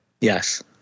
Yes